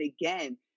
again